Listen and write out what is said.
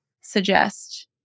suggest